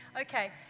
Okay